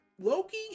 Loki